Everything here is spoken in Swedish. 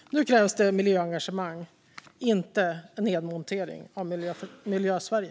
Nu krävs det miljöengagemang, inte en nedmontering av Miljösverige.